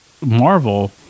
Marvel